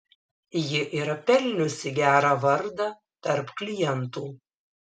ji yra pelniusi gerą vardą tarp klientų